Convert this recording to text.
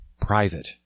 private